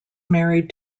married